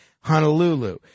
Honolulu